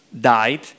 died